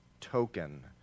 token